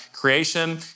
Creation